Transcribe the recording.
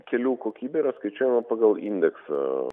kelių kokybė yra skaičiuojama pagal indeksą